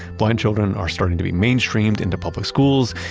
blind children are starting to be mainstreamed into public schools,